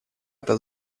это